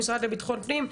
המשרד לביטחון פנים.